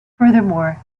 furthermore